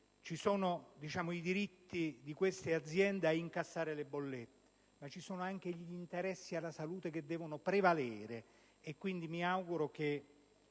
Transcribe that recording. esistono i diritti di queste aziende a incassare le bollette, ma ci sono anche diritti alla salute che devono prevalere. Quindi, mi auguro che